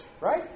right